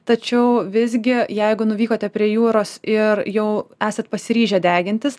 tačiau visgi jeigu nuvykote prie jūros ir jau esat pasiryžę degintis